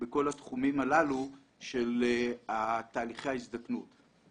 בכל התחומים הללו של תהליכי ההזדקנות.